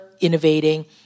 innovating